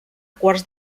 quarts